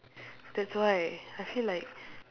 that's why I feel like